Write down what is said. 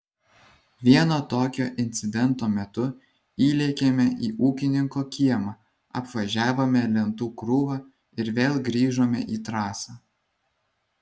vieno tokio incidento metu įlėkėme į ūkininko kiemą apvažiavome lentų krūvą ir vėl grįžome į trasą